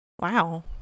Wow